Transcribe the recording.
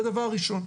זה דבר ראשון.